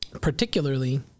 particularly